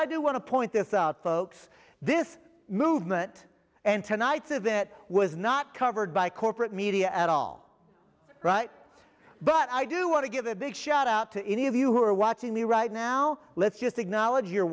i do want to point this out folks this movement and tonight's of that was not covered by corporate media at all right but i do want to give a big shout out to any of you who are watching me right now let's just acknowledge you're